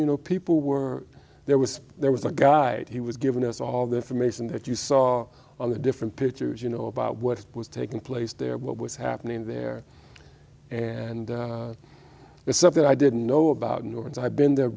you know people were there was there was a god he was giving us all the information that you saw on the different pictures you know about what was taking place there what was happening there and it's something i didn't know about nor and i've been there